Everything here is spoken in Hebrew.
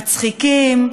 מצחיקים,